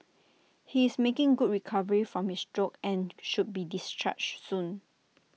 he is making good recovery from his stroke and should be discharged soon